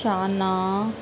शाना